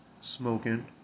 smoking